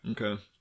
Okay